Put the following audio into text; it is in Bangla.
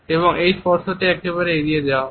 এবং এই স্পর্শটি একেবারে এড়িয়ে যাওয়া হয়